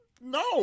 No